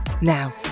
Now